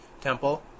temple